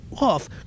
off